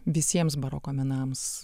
visiems baroko menams